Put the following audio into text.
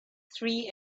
three